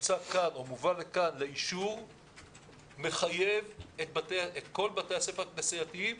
שמוצע כאן או מובא לכאן לאישור מחייב את כל בתי הספר הכנסייתיים.